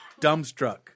dumbstruck